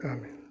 Amen